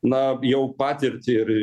na jau patirtį ir